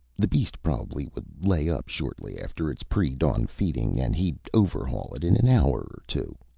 the beast probably would lay up shortly after its pre-dawn feeding and he'd overhaul it in an hour or two.